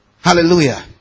Hallelujah